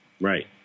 Right